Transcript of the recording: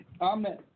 Amen